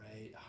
right